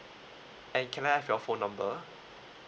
and can I have your phone number